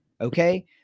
Okay